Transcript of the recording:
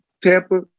Tampa